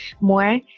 more